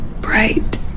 bright